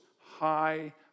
high